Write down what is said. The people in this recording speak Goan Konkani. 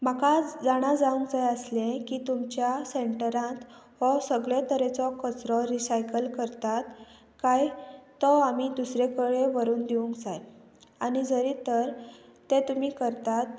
म्हाका जाणा जावंक जाय आसलें की तुमच्या सेंटरांत हो सगळे तरेचो कचरो रिसायकल करतात काय तो आमी दुसरे कडेन व्हरून दिवंक जाय आनी जरी तर ते तुमी करतात